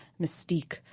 mystique